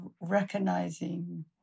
recognizing